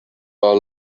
are